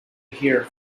here